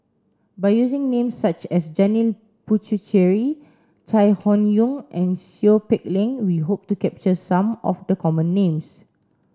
by using names such as Janil Puthucheary Chai Hon Yoong and Seow Peck Leng we hope to capture some of the common names